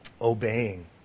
Obeying